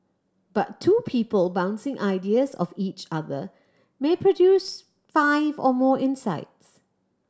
but two people bouncing ideas off each other may produce five or more insights